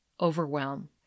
overwhelm